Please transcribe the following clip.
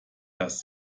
dass